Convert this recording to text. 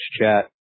chat